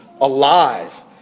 alive